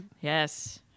yes